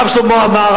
הרב שלמה עמאר,